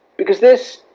because this,